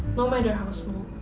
no matter how small.